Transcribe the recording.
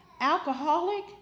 alcoholic